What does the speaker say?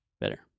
Better